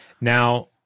Now